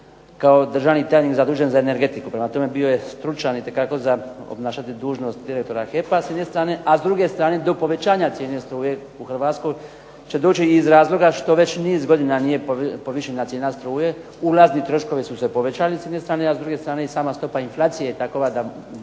kao državni tajnik zadužen za energetiku. Prema tome, bio je stručan itekako za obnašati dužnost direktora s jedne strane. A s druge strane do povećanja cijene struje u Hrvatskoj će doći i iz razloga što već niz godina nije povišena cijena struje. Ulazni troškovi su se povećali s jedne strane, a s druge strane i sama stopa inflacije je takova da